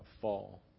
fall